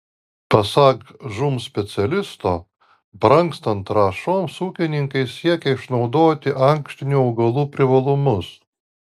pasak žūm specialisto brangstant trąšoms ūkininkai siekia išnaudoti ankštinių augalų privalumus